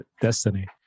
Destiny